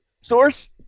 source